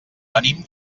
venim